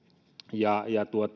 ja